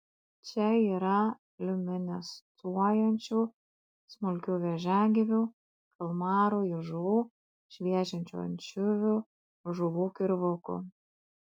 čia yra liuminescuojančių smulkių vėžiagyvių kalmarų ir žuvų šviečiančių ančiuvių žuvų kirvukų